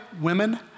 women